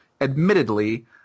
admittedly